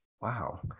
Wow